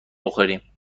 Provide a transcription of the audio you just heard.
بخوریم